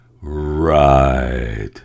Right